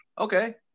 okay